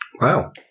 Wow